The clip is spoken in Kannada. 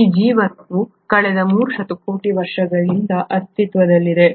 ಈ ಜೀವವು ಕಳೆದ 3 ಶತಕೋಟಿ ವರ್ಷಗಳಿಂದ ಅಸ್ತಿತ್ವದಲ್ಲಿದೆ